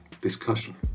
discussion